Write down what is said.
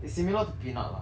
it's similar to peanut lah